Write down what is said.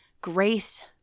Grace